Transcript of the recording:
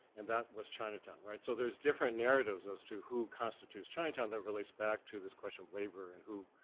and that was chinatown, right? so there's different narratives as to who constitutes chinatown that relates back to this question of labor, and who,